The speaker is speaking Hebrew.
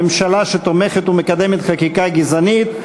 ממשלה שתומכת ומקדמת חקיקה גזענית.